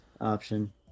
option